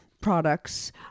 products